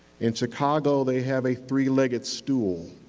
in chicago, they have a three-legged stool.